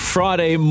Friday